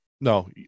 No